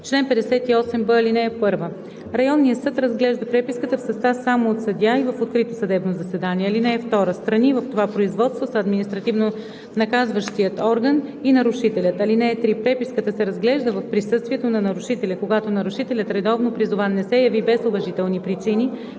Чл. 58б. (1) Районният съд разглежда преписката в състав само от съдия и в открито съдебно заседание. (2) Страни в това производство са административнонаказващият орган и нарушителят. (3) Преписката се разглежда в присъствието на нарушителя. Когато нарушителят, редовно призован, не се яви без уважителни причини,